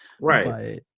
Right